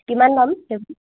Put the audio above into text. কিমান দাম